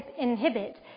inhibit